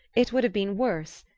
it would have been worse,